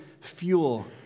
fuel